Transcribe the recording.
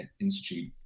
institute